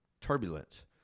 turbulent